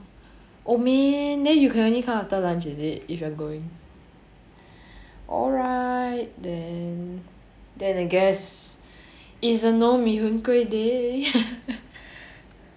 oh man then you can only come after lunch is it if you are going all right then then I guests it's a no mee hoon kway day